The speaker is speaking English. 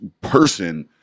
person